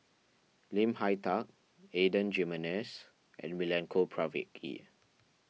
Lim Hak Tai Adan Jimenez and Milenko Prvacki